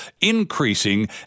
increasing